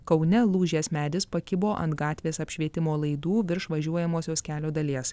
kaune lūžęs medis pakibo ant gatvės apšvietimo laidų virš važiuojamosios kelio dalies